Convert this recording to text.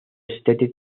state